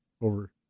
over